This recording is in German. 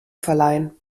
verleihen